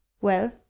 Well